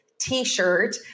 t-shirt